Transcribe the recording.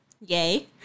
Yay